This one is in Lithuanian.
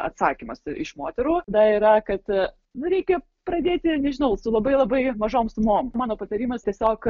atsakymas iš moterų na yra kad nu reikia pradėti nežinau su labai labai mažom sumom mano patarimas tiesiog